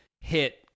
hit